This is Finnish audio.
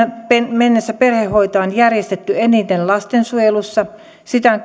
mennessä perhehoitoa on järjestetty eniten lastensuojelussa sitä